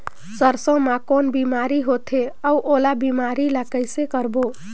सरसो मा कौन बीमारी होथे अउ ओला बीमारी ला कइसे रोकबो?